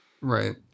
Right